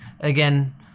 again